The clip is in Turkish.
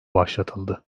başlatıldı